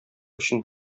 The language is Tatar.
өчен